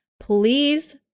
please